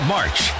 March